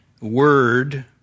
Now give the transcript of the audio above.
word